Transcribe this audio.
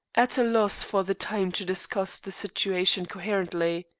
at a loss for the time to discuss the situation coherently.